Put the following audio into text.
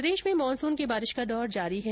प्रदेश में मानसून की बारिश का दौर जारी है